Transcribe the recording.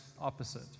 opposite